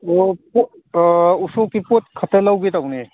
ꯑꯣ ꯄꯣꯠ ꯑꯥ ꯎꯁꯣꯞꯀꯤ ꯄꯣꯠ ꯈꯔ ꯂꯧꯒꯦ ꯇꯧꯕꯅꯦ